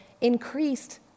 increased